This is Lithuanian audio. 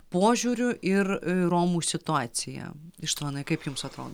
požiūriu ir romų situacija ištvanai kaip jums atro